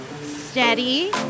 steady